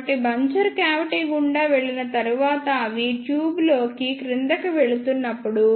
కాబట్టి buncher cavity గుండా వెళ్ళిన తరువాత అవి ట్యూబ్ లోకి క్రిందికి వెళుతున్నప్పుడు